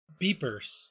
beepers